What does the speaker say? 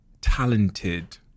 talented